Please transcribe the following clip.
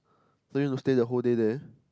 so you don't stay the whole day there